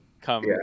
come